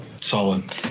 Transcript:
Solid